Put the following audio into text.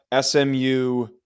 SMU